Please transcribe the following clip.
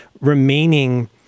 remaining